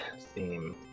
theme